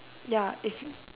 ya if